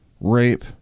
rape